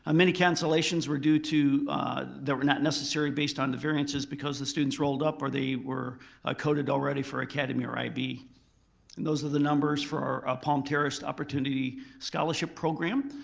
um many cancellations were due to they were not necessary based on the variances because the students rolled up or they were ah coded already for academy or ib. and those are the numbers for our palm terrace opportunity scholarship program.